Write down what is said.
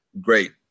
great